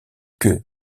queue